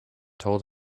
told